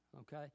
okay